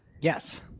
Yes